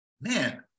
man